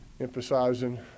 emphasizing